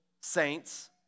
saints